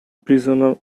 prisoner